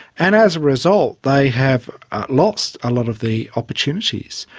and as a result they have lost a lot of the opportunities.